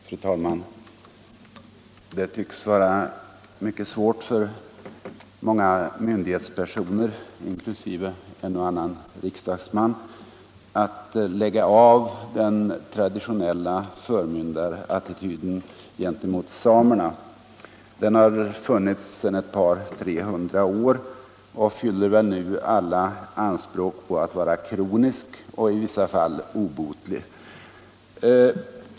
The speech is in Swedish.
Fru talman! Det tycks vara mycket svårt för många myndighetspersoner, inkl. en och annan riksdagsman, att lägga av den traditionella förmyndarattityden gentemot samerna. Den har funnits sedan ett par tre hundra år och fyller väl nu alla anspråk på att vara kronisk och i vissa fall obotlig.